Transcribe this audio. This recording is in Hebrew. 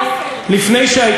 לפני, והאופל.